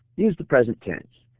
use the present tense.